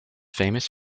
famous